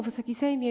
Wysoki Sejmie!